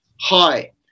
hi